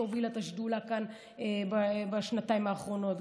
שהובילה את השדולה כאן בשנתיים האחרונות,